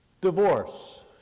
Divorce